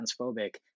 transphobic